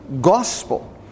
gospel